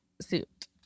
suit